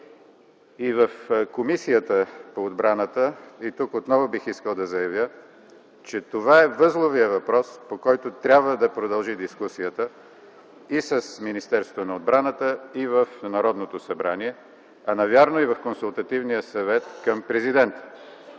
политика и отбрана, и тук отново бих искал да заявя, че това е възловият въпрос, по който трябва да продължи дискусията и с Министерството на отбраната, и в Народното събрание, а навярно и в Консултативния съвет към Президента.